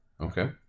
Okay